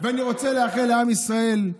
ואני רוצה לאחל לעם ישראל,